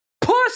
Pussy